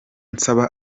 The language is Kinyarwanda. nsaba